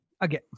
Again